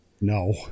No